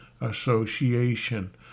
association